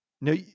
No